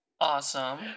Awesome